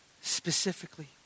specifically